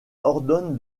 ordonne